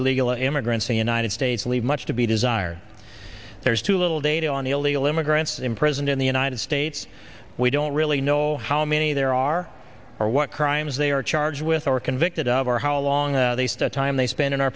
illegal immigrants in united states leave much to be desired there's too little data on the illegal immigrants imprisoned in the united states we don't really know how many there are or what crimes they are charged with or convicted of or how long a time they spend in our